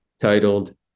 titled